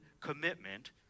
commitment